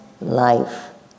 life